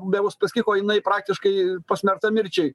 be uspaskicho jinai praktiškai pasmerkta mirčiai